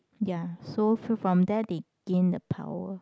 ya so from there they gain the power